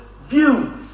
views